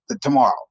tomorrow